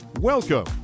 Welcome